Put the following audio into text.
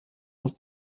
muss